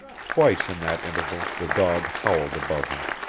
twice in that interval the dog howled above him.